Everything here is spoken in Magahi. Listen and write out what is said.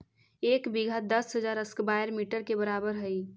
एक बीघा दस हजार स्क्वायर मीटर के बराबर हई